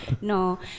no